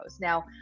Now